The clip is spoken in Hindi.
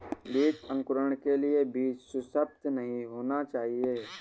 बीज अंकुरण के लिए बीज सुसप्त नहीं होना चाहिए